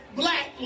black